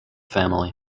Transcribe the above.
family